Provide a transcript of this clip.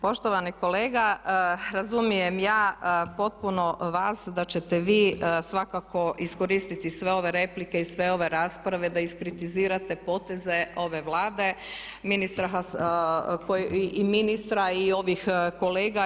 Poštovani kolega razumijem ja potpuno vas da ćete vi svakako iskoristiti sve ove replike i sve ove rasprave da iskritizirate poteze ove Vlade i ministra i ovih kolega.